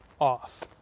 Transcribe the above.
off